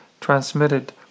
transmitted